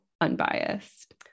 unbiased